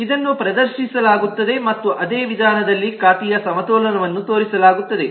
ಇದನ್ನು ಪ್ರದರ್ಶಿಸಲಾಗುತ್ತದೆ ಮತ್ತು ಅದೇ ವಿಧಾನದಲ್ಲಿ ಖಾತೆಯ ಸಮತೋಲನವನ್ನು ತೋರಿಸಲಾಗುತ್ತದೆ